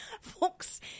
Folks